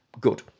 Good